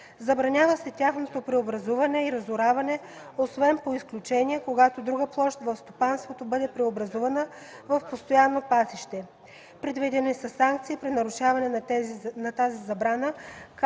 Забранява се тяхното преобразуване и разораване, освен по изключение, когато друга площ в стопанството бъде преобразувана в постоянно пасище. Предвидени са санкции при нарушение на тази забрана,